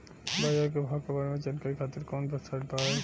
बाजार के भाव के बारे में जानकारी खातिर कवनो वेबसाइट बा की?